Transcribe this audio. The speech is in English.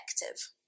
effective